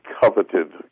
coveted